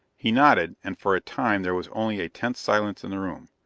he nodded, and for a time there was only a tense silence in the room,